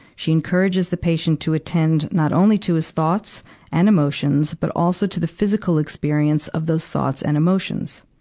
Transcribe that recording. she encourages the patient to attend not only to his thoughts and emotions, but also to the physical experience of those thoughts and emotions.